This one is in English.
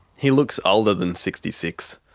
he looks older than sixty six.